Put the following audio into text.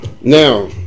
now